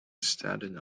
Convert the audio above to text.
staten